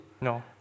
No